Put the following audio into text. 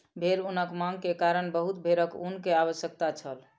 भेड़ ऊनक मांग के कारण बहुत भेड़क ऊन के आवश्यकता छल